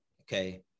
Okay